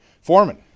Foreman